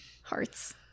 hearts